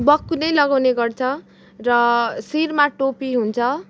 बक्खु नै लगाउने गर्छ र शिरमा टोपी हुन्छ